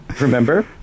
Remember